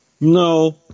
No